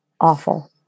awful